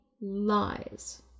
lies